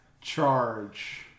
charge